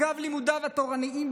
אגב לימודיו התורניים,